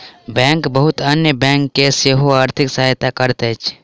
bank बहुत अन्य bank के सेहो आर्थिक सहायता करैत अछि